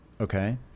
okay